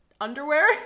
underwear